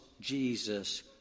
Jesus